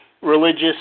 religious